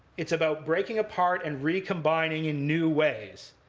it's about breaking apart and recombining in new ways